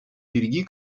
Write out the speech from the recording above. пирки